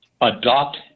adopt